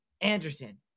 Anderson